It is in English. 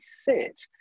sit